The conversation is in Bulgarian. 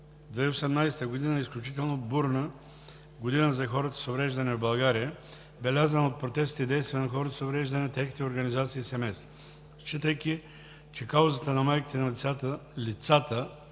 2018 г. е изключително бурна година за хората с увреждания в България, белязана от протестните действия на хората с увреждания, техните организации и семейства. Считайки, че каузата на майките на